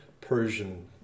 Persian